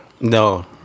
No